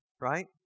right